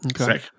Okay